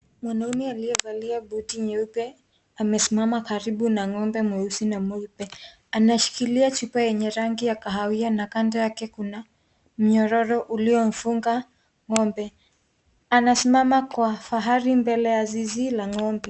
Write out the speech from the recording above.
Mwanaume aliyevalia buti nyeupe amesimama karibu na ngombe mweusi na mweupe, anashikilia chupa yenye rangi ya kahawia na Kando yake kuna nyororo uliofunga ngombe, anasimama Kwa fahari mbele ya zizi la ngombe.